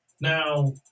Now